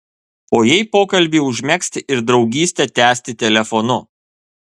o jei pokalbį užmegzti ir draugystę tęsti telefonu